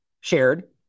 shared